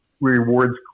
rewards